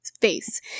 face